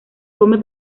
come